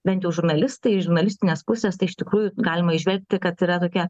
bent jau žurnalistai iš žurnalistinės pusės tai iš tikrųjų galima įžvelgti kad yra tokie